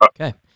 Okay